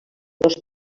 dos